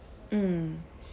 mm